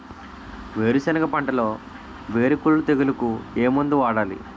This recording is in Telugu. వేరుసెనగ పంటలో వేరుకుళ్ళు తెగులుకు ఏ మందు వాడాలి?